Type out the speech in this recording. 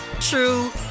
true